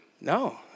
No